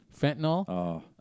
Fentanyl